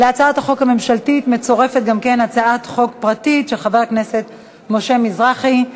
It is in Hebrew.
להצעת החוק הממשלתית מצורפת גם הצעת חוק פרטית של חבר הכנסת משה מזרחי.